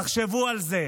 תחשבו על זה,